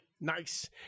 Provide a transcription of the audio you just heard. Nice